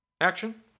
action